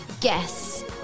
guess